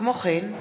כמו כן,